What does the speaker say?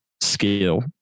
skill